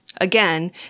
Again